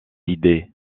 idées